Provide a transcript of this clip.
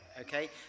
Okay